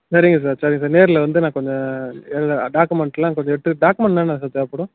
சரிங்க சார் சரி சார் நேர்ல வந்து நான் கொஞ்சம் எல்லா டாக்குமெண்ட்லாம் கொஞ்சம் எடுத்து டாக்குமெண்ட்லாம் என்ன சார் தேவைப்படும்